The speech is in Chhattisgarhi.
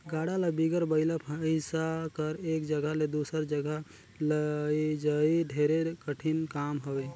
गाड़ा ल बिगर बइला भइसा कर एक जगहा ले दूसर जगहा लइजई ढेरे कठिन काम हवे